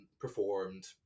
Performed